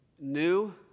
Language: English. New